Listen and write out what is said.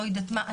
לא יודעת מה.